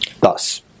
Thus